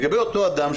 לגבי אותו אדם,